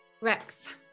rex